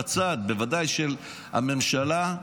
בוודאי בצד של הממשלה,